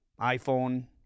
iPhone